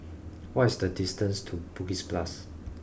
what is the distance to Bugis plus